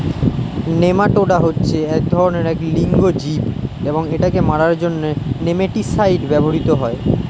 nematoda হচ্ছে এক ধরণের এক লিঙ্গ জীব এবং এটাকে মারার জন্য নেমাটিসাইড ব্যবহৃত হয়